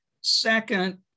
Second